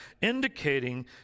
indicating